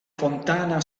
fontana